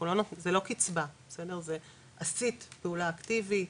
זה לא קצבה, זה עשית פעולה אקטיבית,